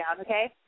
okay